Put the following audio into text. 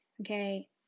Okay